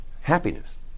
happiness